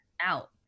out